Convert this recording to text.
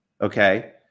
Okay